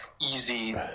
easy